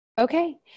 Okay